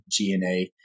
GNA